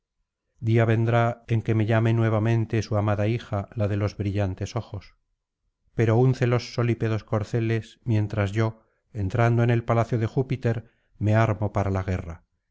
vendrá en que me llame nuevamente su amada hija la de los brillantes ojos pero unce los solípedos corceles mientras yo entrando en el palacio de júpiter me armo para la guerra